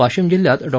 वाशिम जिल्ह्यात डॉ